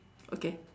okay